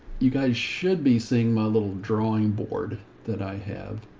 you guys should be seeing my little drawing board that i have.